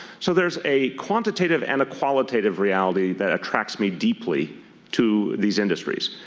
so there is a quantitative and qualitative reality that attracts me deeply to these industries.